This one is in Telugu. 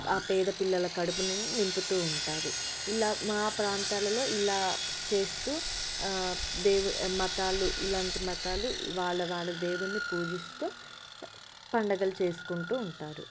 ఆ పేద పిల్లల కడుపుని నింపుతూ ఉంటారు ఇలా మా ప్రాంతాలలో ఇలా చేస్తూ దేవుడి మతాలు ఇలాంటి మతాలు వాళ్ళ వాళ్ళ దేవుడిని పూజిస్తూ పండుగలు చేసుకుంటూ ఉంటారు